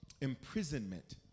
imprisonment